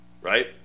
Right